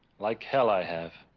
like hell i have